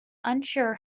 unsure